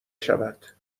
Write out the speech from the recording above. شود